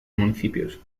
municipios